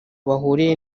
bahuriye